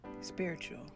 Spiritual